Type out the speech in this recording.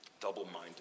Double-minded